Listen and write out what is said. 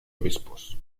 obispos